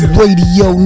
Radio